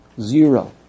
Zero